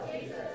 Jesus